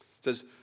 says